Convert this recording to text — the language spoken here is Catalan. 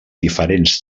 diferents